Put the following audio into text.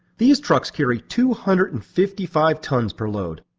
these trucks carry two hundred and fifty five tons per load.